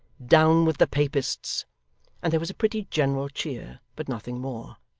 down with the papists and there was a pretty general cheer, but nothing more.